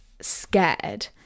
scared